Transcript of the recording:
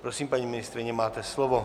Prosím, paní ministryně, máte slovo.